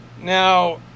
Now